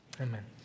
Amen